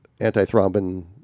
antithrombin